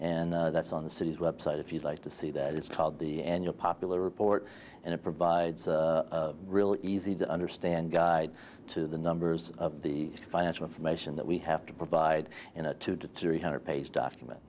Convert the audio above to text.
and that's on the city's website if you'd like to see that it's called the annual popular report and it provides a really easy to understand guide to the numbers of the financial information that we have to provide in a two to three hundred page document